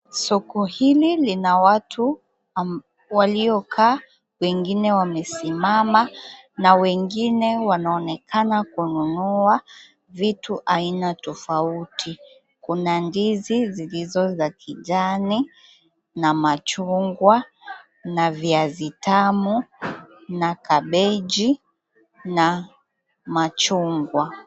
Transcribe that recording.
Soko hili lina watu waliokaa wengine wamesimama na wengine wanaonekana kununua vitu aina tofauti. Kuna ndizi zilizo za kijani na machungwa na viazi tamu na kabeji na machungwa.